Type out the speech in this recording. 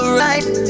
right